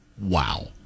wow